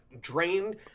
drained